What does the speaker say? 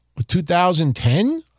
2010